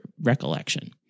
recollection